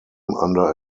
under